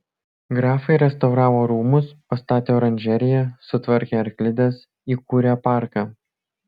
grafai restauravo rūmus pastatė oranžeriją sutvarkė arklides įkūrė parką